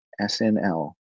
SNL